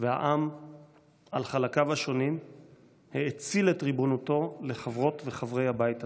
והעם על חלקיו השונים האציל את ריבונותו לחברות וחברי הבית הזה.